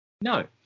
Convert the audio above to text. No